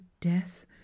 death